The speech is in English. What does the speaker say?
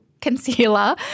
concealer